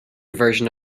version